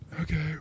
Okay